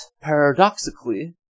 paradoxically